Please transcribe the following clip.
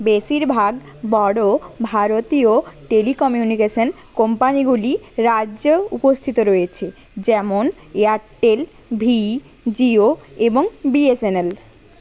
বেশিরভাগ বড় ভারতীয় টেলিকমিউনিকেশন কোম্পানিগুলি রাজ্যেও উপস্থিত রয়েছে যেমন এয়ারটেল ভি জিও এবং বিএসএনএল